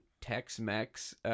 Tex-Mex